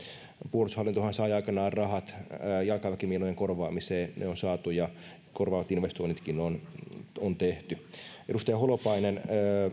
puolustushallintohan sai aikanaan rahat jalkaväkimiinojen korvaamiseen ne on saatu ja korvausinvestoinnitkin on on tehty edustaja holopainen